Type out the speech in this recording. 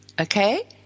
Okay